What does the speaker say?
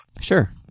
Sure